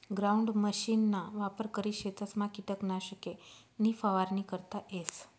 ground मशीनना वापर करी शेतसमा किटकनाशके नी फवारणी करता येस